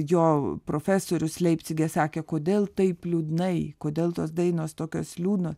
jo profesorius leipcige sakė kodėl taip liūdnai kodėl tos dainos tokios liūdnos